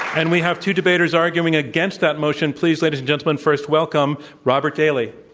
and we have two debaters arguing against that motion. please, ladies and gentlemen, first welcome robert daly.